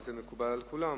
וזה מקובל על כולם.